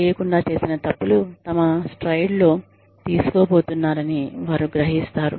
తెలియకుండ చేసిన తప్పులు తమ స్ట్రైడ్ లో తీసుకోబోతున్నారని వారు గ్రహిస్తారు